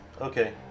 Okay